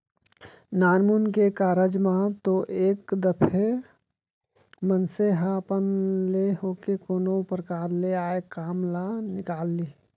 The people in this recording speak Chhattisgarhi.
नानमुन के कारज म तो एक दफे मनसे ह अपन ले होके कोनो परकार ले आय काम ल निकाल लिही